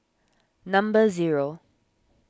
number zero